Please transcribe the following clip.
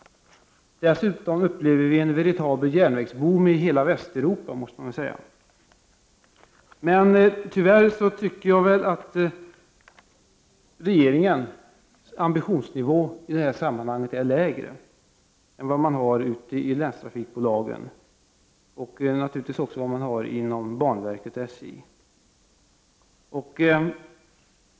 Dessutom upplever vi en veritabel järnvägsboom i hela Västeuropa, måste man väl säga. Men tyvärr har, tycker jag, regeringen i det här sammanhanget lägre ambitionsnivå än vad man har ute i länstrafikbolagen och naturligtvis också inom banverket — SJ.